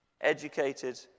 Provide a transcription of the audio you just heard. educated